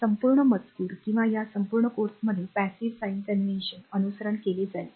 संपूर्ण मजकूर किंवा या संपूर्ण कोर्स मध्ये passive sign convention निष्क्रिय चिन्ह अनुसरण केले जाईल